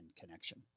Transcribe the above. connection